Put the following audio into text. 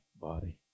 body